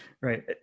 Right